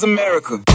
America